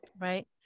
Right